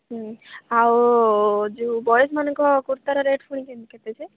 ହୁଁ ଆଉ ଯେଉଁ ବଏଜ୍ ମାନଙ୍କ କୁର୍ତ୍ତାର ରେଟ୍ ଫୁଣି କେମିତି କେତେ ଯେ